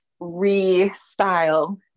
restyle